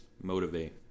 motivate